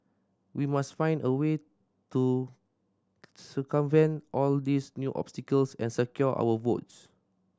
we must find a way to circumvent all these new obstacles and secure our votes